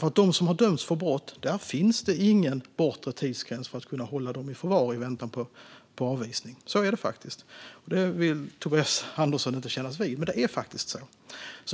För dem som har dömts för brott finns det ingen bortre tidsgräns för att hållas i förvar i väntan på avvisning. Så är det faktiskt. Det vill Tobias Andersson inte kännas vid, men det är faktiskt så.